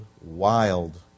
wild